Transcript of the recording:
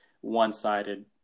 one-sided